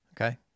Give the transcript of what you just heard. Okay